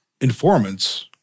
informants